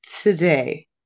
today